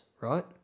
right